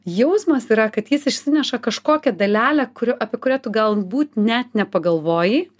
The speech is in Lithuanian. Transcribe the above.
jausmas yra kad jis išsineša kažkokią dalelę kuri apie kurią tu galbūt net nepagalvojai